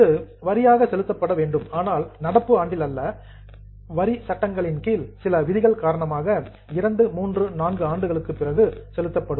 இது வரியாக செலுத்தப்பட வேண்டும் ஆனால் நடப்பு ஆண்டில் அல்ல புரோவிஷன்ஸ் அண்டர் டாக்ஸ் லாஸ் வரி சட்டங்களின் கீழ் சில விதிகள் காரணமாக 2 3 4 ஆண்டுகளுக்குப் பிறகு செலுத்தப்படும்